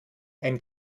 ein